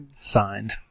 Signed